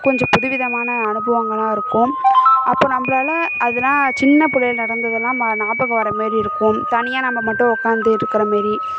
கொஞ்சம் புது விதமான அனுபவங்களாக இருக்கும் அப்போது நம்மளால அதலாம் சின்ன பிள்ளையில நடந்ததெல்லாம் ம ஞாபகம் வர்றமாரி இருக்கும் தனியாக நம்ம மட்டும் உக்காந்து இருக்கிற மாரி